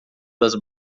das